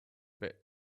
bit